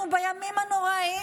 אנחנו בימים הנוראים,